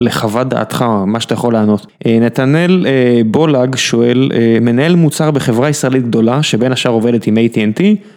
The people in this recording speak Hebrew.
לחוות דעתך מה שאתה יכול לענות, נתנאל בולג שואל, מנהל מוצר בחברה ישראלית גדולה, שבין השאר עובדת עם AT&T...